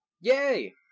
Yay